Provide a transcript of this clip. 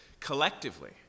collectively